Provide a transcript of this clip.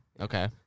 okay